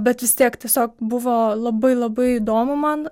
bet vis tiek tiesiog buvo labai labai įdomu man